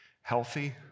healthy